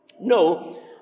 No